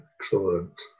Excellent